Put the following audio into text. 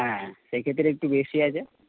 হ্যাঁ সেইক্ষেত্রে একটু বেশি আছে